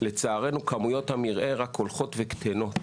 כמויות המרעה רק הולכות וקטנות